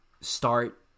start